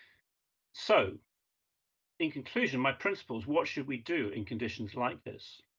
so in conclusion, my principles, what should we do in conditions like this?